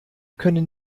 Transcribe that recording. können